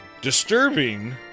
disturbing